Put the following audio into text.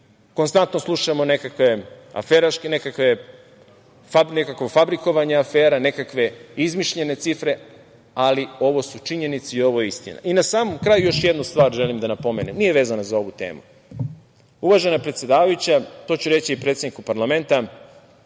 konstantno slušamo nekakve aferaške, neka fabrikovanja afera, nekakve izmišljene cifre. Ovo su činjenice, i ovo je istina. Na samom kraju još jednu stvar želim da napomenem, nije vezana za ovu temu. Uvažena predsedavajuća, to ću reći predsedniku parlamenta,